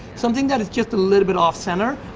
something that is just a little bit off center.